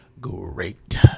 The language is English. great